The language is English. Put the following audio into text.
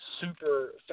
super